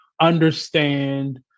understand